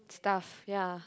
stuff ya